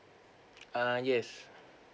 uh yes